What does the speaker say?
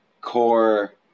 core